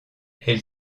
elle